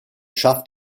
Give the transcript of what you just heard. schafft